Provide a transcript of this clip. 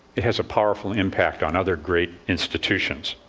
it has a powerful impact on other great institutions.